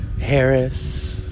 Harris